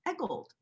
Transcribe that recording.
eggold